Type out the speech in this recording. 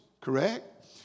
Correct